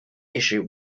issue